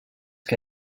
que